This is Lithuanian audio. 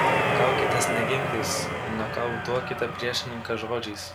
kaukitės ne ginklais nokautuokite priešininką žodžiais